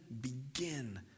begin